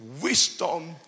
Wisdom